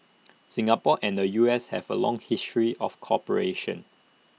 Singapore and the U S have A long history of cooperation